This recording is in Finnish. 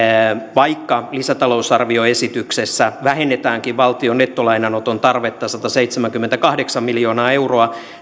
vaikka lisätalousarvioesityksessä vähennetäänkin valtion nettolainanoton tarvetta sataseitsemänkymmentäkahdeksan miljoonaa euroa